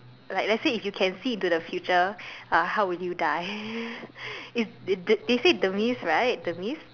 like let's say you can see into the future uh how would you die it's d~ they say demise right demise